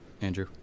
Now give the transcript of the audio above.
Andrew